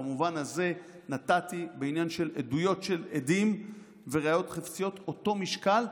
במובן הזה נתתי בעניין של עדויות של עדים וראיות חפציות אותו משקל,